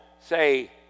say